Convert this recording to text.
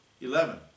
Eleven